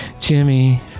Jimmy